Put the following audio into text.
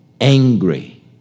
Angry